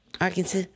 Arkansas